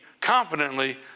confidently